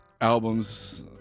albums